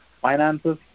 finances